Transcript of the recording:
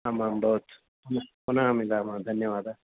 आम् आम् भवतु ह्म् पुनः पुनः मिलामः धन्यवादः